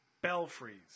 Belfries